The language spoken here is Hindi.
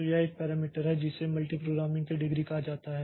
तो यह एक पैरामीटर है जिसे मल्टीप्रोग्रामिंग की डिग्री कहा जाता है